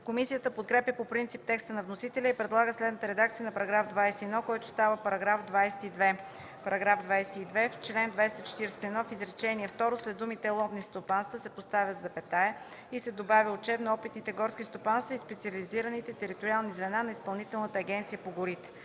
Комисията подкрепя по принцип текста на вносителя и предлага следната редакция на § 21, който става § 22: „§ 22. В чл. 241, в изречение второ след думите „ловни стопанства” се поставя запетая и се добавя „учебно-опитните горски стопанства и специализираните териториални звена на Изпълнителната агенция по горите”.”